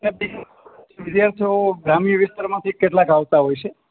વિદ્યાર્થીઓ ગ્રામ્ય વિસ્તારમાંથી કેટલાક આવતા હોય છે